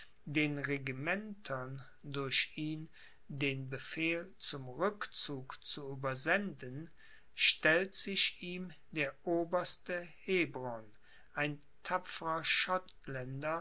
den regimentern durch ihn den befehl zum rückzug zu übersenden stellt sich ihm der oberste hebron ein tapferer